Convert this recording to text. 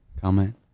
comment